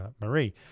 Marie